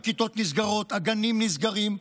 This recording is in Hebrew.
הכיתות נסגרות, הגנים נסגרים.